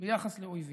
ביחס לאויבים.